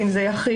יחיד,